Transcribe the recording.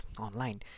online